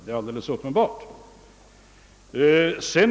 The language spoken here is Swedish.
Det är alldeles uppenbart.